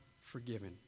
forgiven